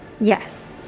Yes